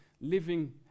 living